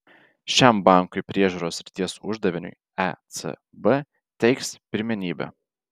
šiam bankų priežiūros srities uždaviniui ecb teiks pirmenybę